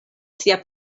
sia